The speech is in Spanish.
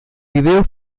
video